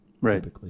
Right